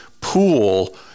pool